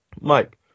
Mike